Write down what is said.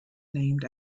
named